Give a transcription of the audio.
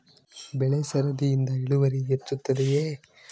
ಬೆಳೆ ಸರದಿಯಿಂದ ಇಳುವರಿ ಹೆಚ್ಚುತ್ತದೆಯೇ?